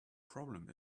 problem